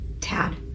Tad